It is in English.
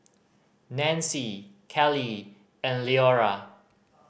Nancie Kelly and Leora